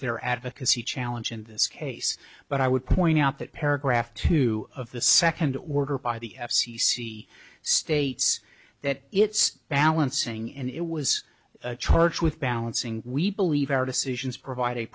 their advocacy challenge in this case but i would point out that paragraph two of the second order by the f c c states that it's balancing and it was charged with balancing we believe our decisions provide a